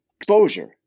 exposure